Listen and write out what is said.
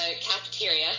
cafeteria